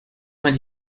vingt